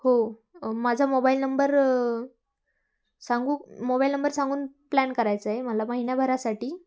हो माझा mobile number सांगू मोबाईल नंबर सांगून प्लॅन करायचा आहे मला महिन्याभरासाठी